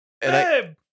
Babe